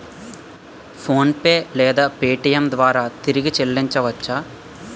PhonePe లేదా Paytm ద్వారా తిరిగి చల్లించవచ్చ?